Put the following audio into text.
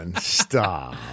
Stop